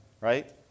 right